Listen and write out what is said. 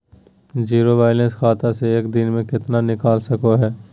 Zero balance खाता से एक दिन में कितना निकाल सको है?